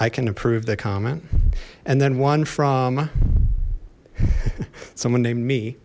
i can approve the comment and then one from someone named me